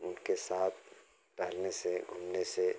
उनके साथ टहलने से घूमने से